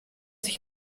sich